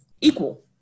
equal